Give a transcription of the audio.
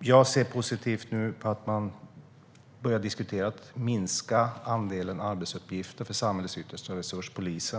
Jag ser positivt på att man har börjat diskutera att minska andelen arbetsuppgifter för samhällets yttersta resurs, polisen.